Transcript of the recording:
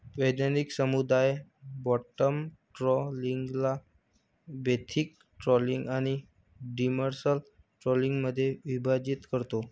वैज्ञानिक समुदाय बॉटम ट्रॉलिंगला बेंथिक ट्रॉलिंग आणि डिमर्सल ट्रॉलिंगमध्ये विभाजित करतो